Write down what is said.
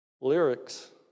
lyrics